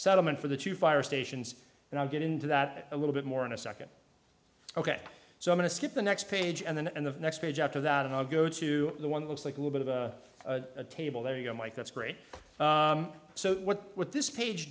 settlement for the two fire stations and i'll get into that a little bit more in a second ok so i'm going to skip the next page and then and the next page after that and i'll go to the one looks like little bit of a table there you go mike that's great so what what this page